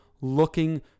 looking